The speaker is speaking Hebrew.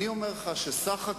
ראשית, אני מברך אותך,